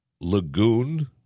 lagoon